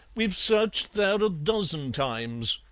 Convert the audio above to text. we've searched there a dozen times.